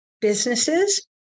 businesses